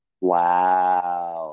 Wow